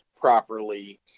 properly